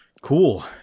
cool